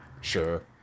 Sure